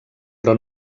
però